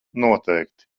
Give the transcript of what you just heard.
noteikti